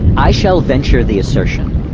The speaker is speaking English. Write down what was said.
i shall venture the assertion,